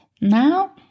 Now